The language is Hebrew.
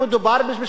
אתה לא יכול,